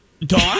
Don